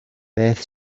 beth